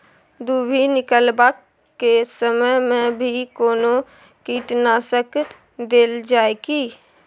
दुभी निकलबाक के समय मे भी कोनो कीटनाशक देल जाय की?